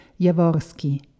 Jaworski